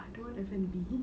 I don't want F&B